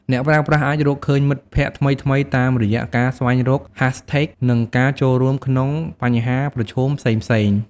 អ្នកប្រើប្រាស់អាចរកឃើញមិត្តភក្តិថ្មីៗតាមរយៈការស្វែងរក ហាសថេក និងការចូលរួមក្នុង បញ្ហាប្រឈមផ្សេងៗ។